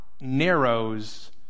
narrows